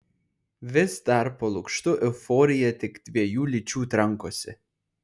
vis dar po lukštu euforija tik dviejų lyčių trankosi